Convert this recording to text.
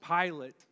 Pilate